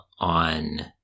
On